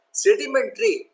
sedimentary